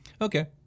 Okay